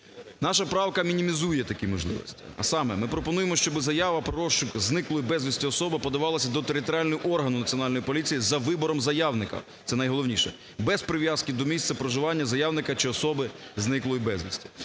Наша правка мінімізує такі можливості. А саме: ми пропонуємо, щоби заява про розшук зниклої безвісти особи подавалася до територіального органу Національної поліції за вибором заявника - це найголовніше - без прив'язки до місця проживання заявника чи особи, зниклої безвісти.